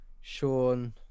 sean